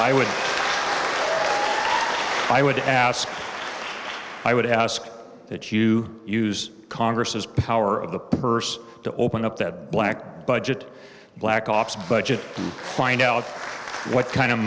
i would i would ask i would ask that you use congress's power of the purse to open up that black budget black ops budget and find out what kind of